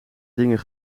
dingen